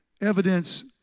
evidence